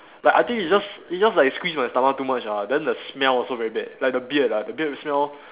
like I think it's just it just like squeeze my stomach too much ah then the smell also very bad like the beard ah the beard smell